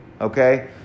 okay